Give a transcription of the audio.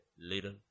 little